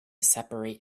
separate